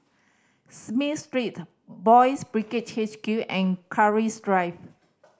Smith Street Boys' Brigade H Q and Keris Drive